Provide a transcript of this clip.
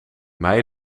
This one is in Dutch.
mei